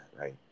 right